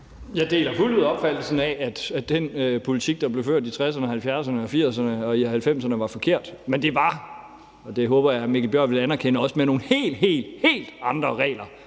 Jeg deler fuldt ud opfattelsen af, at den politik, der blev ført i 1960'erne og 1970'erne og i 1980'erne og i 1990'erne, var forkert. Men det var – og det håber jeg hr. Mikkel Bjørn vil anerkende – også med nogle helt, helt andre regler